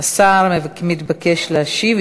השר מתבקש להשיב,